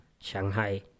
Shanghai